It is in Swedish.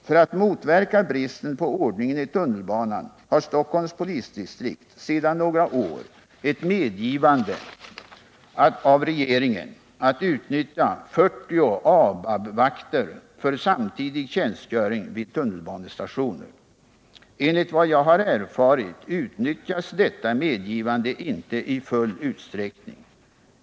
För att motverka bristen på ordning i tunnelbanan har Stockholms polisdistrikt sedan några år ett medgivande av regeringen att utnyttja 40 ABAPB-vakter för samtidig tjänstgöring vid tunnelbanestationer. Enligt vad jag har erfarit utnyttjas detta medgivande inte i full utsträckning.